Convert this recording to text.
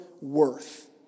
worth